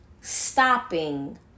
stopping